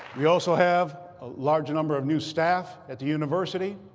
we also have a large number of new staff at the university.